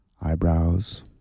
eyebrows